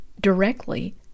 directly